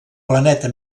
planeta